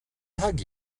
hug